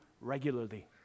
regularly